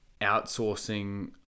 outsourcing